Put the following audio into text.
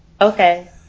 Okay